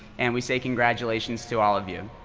and we say congratulations to all of you.